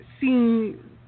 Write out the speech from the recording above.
seeing